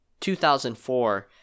2004